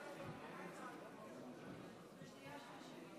הוא רוצה עשר דקות במקום חמש?